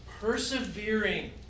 persevering